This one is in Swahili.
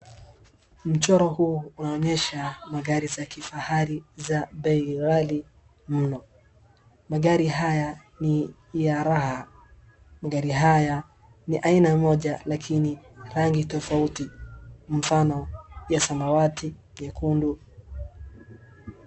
Mchoro huu unaonyesha magari za kifahari za bei ghali mno. Magari haya ni ya raha. Magari haya ni aina moja lakini rangi tofauti. Mfano ya samawati, nyekundu.